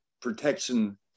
protection